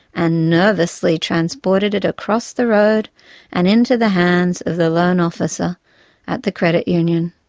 and nervously transported it across the road and into the hands of the loan officer at the credit union.